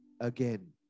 again